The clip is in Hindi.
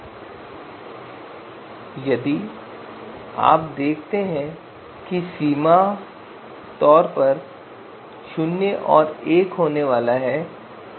इसलिए यदि आप देखते हैं कि सीमा आम तौर पर 0 और 1 होने वाली है